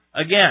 Again